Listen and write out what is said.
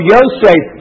Yosef